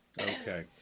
Okay